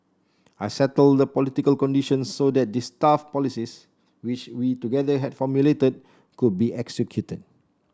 I settled the political conditions so that his tough policies which we together had formulate could be executed